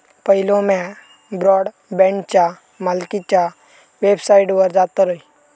पयलो म्या ब्रॉडबँडच्या मालकीच्या वेबसाइटवर जातयं